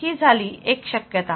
ही झाली एक शक्यता